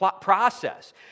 process